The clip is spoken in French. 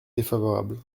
défavorable